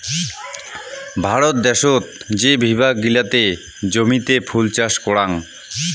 ভারত দ্যাশোত যে বিভাগ গিলাতে জমিতে ফুল চাষ করাং